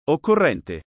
Occorrente